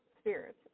spirits